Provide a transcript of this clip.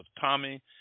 Tommy